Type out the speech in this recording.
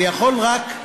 אני יכול רק,